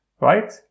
right